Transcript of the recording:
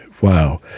wow